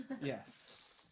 Yes